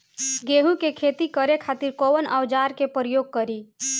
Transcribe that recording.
गेहूं के खेती करे खातिर कवन औजार के प्रयोग करी?